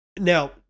now